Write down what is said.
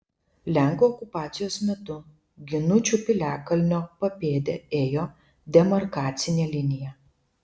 lenkų okupacijos metu ginučių piliakalnio papėde ėjo demarkacinė linija